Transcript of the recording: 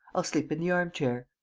i'll sleep in the armchair.